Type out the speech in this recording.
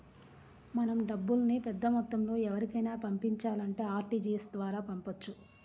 మనం డబ్బుల్ని పెద్దమొత్తంలో ఎవరికైనా పంపించాలంటే ఆర్టీజీయస్ ద్వారా పంపొచ్చు